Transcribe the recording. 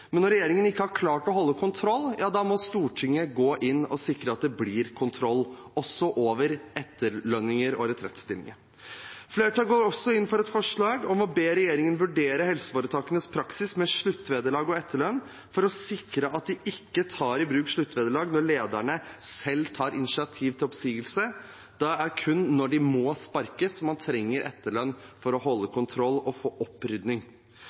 men når regjeringen ikke har klart å holde kontroll – ja, da må Stortinget gå inn og sikre at det blir kontroll, også over etterlønninger og retrettstillinger. Flertallet går også inn for et forslag om å be regjeringen vurdere helseforetakenes praksis med sluttvederlag og etterlønn og sikre at de ikke tar i bruk sluttvederlag når lederne selv tar initiativ til oppsigelse. Det er kun når de må sparkes, at man trenger etterlønn, for å få kontroll og få opprydning.